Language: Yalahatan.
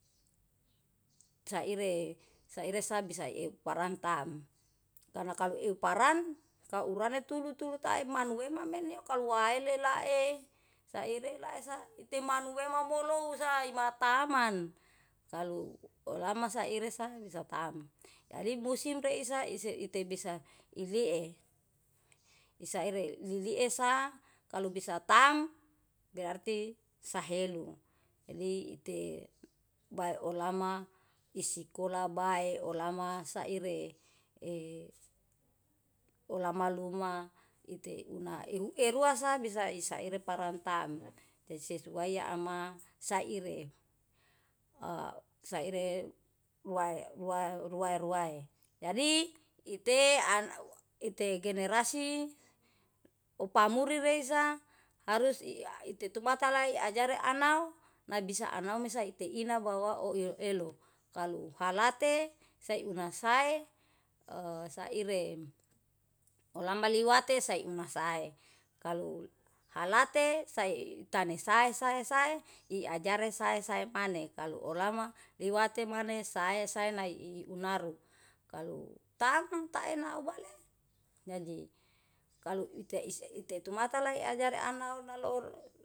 Saire sabisa euw paranta taem, kalau euw paran kaurane tulu-tulu tae manuwema menyo kalu waelelae saire laesa ite manuwema molousa imataman. Kalu olama saire sa bisa tam jadi musim reisa isa ite bisa ilee. Saire lilie sae kalau bisa tam berarti sahelu, jadi iti bae olama isikola bae, olama saire e olama luma ite una ehu eruasa bisa isaire i saire paran taem. Jadi seuai ama saire, a saire buai bua rua ruai jadi ite an ite generasi upamuri reisa harus i tetumata lae ajare anu nabisa anau mesa ite ina bawa oiyoelo. Kalu halate sauna sae, e saire olama liwate sai una sae kalu halate sai tane sae sae sae iajari sae-sae maneh kalo olama liwate maneh sae-sae nai unaru kalu tam taena ubale jadi kalu ite is tumata lae ajare anau.